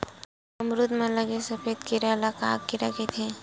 अमरूद म लगे सफेद कीरा ल का कीरा कइथे?